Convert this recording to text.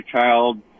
child